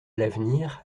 l’avenir